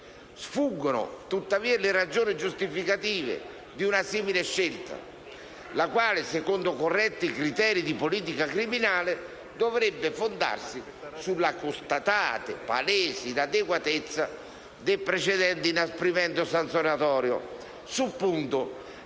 Sfuggono, tuttavia, le ragioni giustificative di una simile scelta la quale, secondo corretti criteri di politica criminale, dovrebbe fondarsi sulla constatata e palese inadeguatezza del precedente inasprimento sanzionatorio. Sul punto, a parte l'ovvio